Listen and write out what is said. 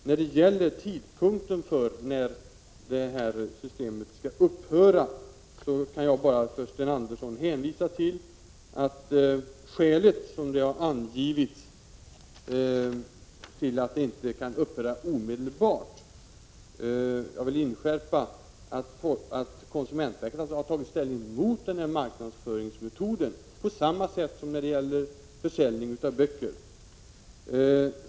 När det gäller den tidpunkt då systemet skall upphöra vill jag inskärpa att konsumentverket har tagit ställning mot denna marknadsföringsmetod på samma sätt som när det gäller försäljning av böcker.